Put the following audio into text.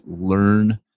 learn